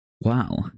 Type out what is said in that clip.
Wow